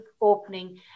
opening